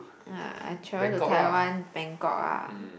uh I travel to Taiwan Bangkok ah